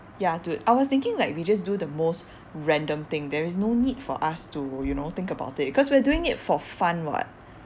ya dude I was thinking like we just do the most random thing there is no need for us to you know think about it cause we are doing it for fun [what]